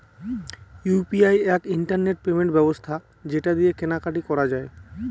UPI এক internet payment ব্যবস্থা যেটা দিয়ে কেনা কাটি করা যায়